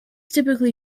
typically